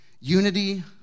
Unity